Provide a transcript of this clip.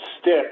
stick